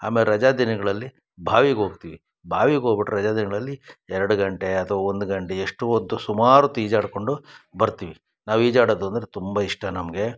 ಆಮೇಲೆ ರಜಾ ದಿನಗಳಲ್ಲಿ ಬಾವಿಗೆ ಹೋಗ್ತೀವಿ ಬಾವಿಗೆ ಹೋಗ್ಬಿಟ್ರೆ ರಜಾ ದಿನಗಳಲ್ಲಿ ಎರಡು ಗಂಟೆ ಅಥವಾ ಒಂದು ಗಂಟೆ ಎಷ್ಟೋ ಹೊತ್ತು ಸುಮಾರು ಹೊತ್ ಈಜಾಡಿಕೊಂಡು ಬರ್ತೀವಿ ನಾವು ಈಜಾಡೋದು ಅಂದರೆ ತುಂಬ ಇಷ್ಟ ನಮಗೆ